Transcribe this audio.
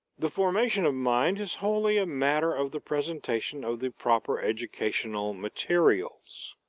the formation of mind is wholly a matter of the presentation of the proper educational materials.